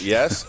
Yes